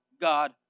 God